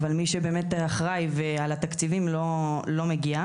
אבל מי שבאמת אחראי על התקציבים לא מגיע.